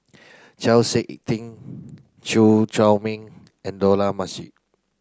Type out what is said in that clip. Chau Sik Ting Chew Chor Meng and Dollah Majid